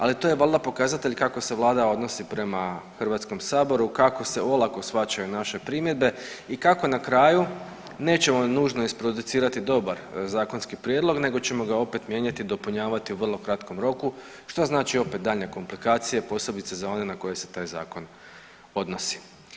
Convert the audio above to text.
Ali to je valjda pokazatelj kako se Vlada odnosi prema Hrvatskom saboru, kako se olako shvaćaju naše primjedbe i kako na kraju nećemo nužno isproducirati dobar zakonski prijedlog nego ćemo ga opet mijenjati, dopunjavati u vrlo kratkom roku što znači opet daljnje komplikacije posebice za one na koje se taj zakon odnosi.